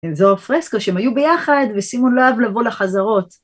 זהו הפרסקה, שהם היו ביחד ושימו לב לבוא לחזרות.